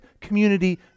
community